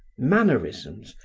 mannerisms,